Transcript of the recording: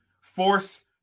force